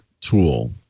tool